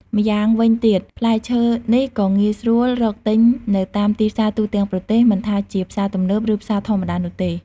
ម្យ៉ាងវិញទៀត ផ្លែឈើនេះក៏ងាយស្រួលរកទិញនៅតាមទីផ្សារទូទាំងប្រទេស មិនថាជាផ្សារទំនើប ឬផ្សារធម្មតានោះទេ។